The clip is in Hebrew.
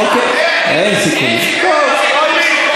אין סיכום לגבי החוק הזה.